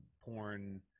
porn